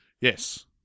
Yes